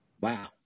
Wow